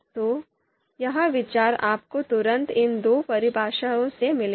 तो यह विचार आपको तुरंत इन दो परिभाषाओं से मिलेगा